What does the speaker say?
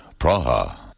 Praha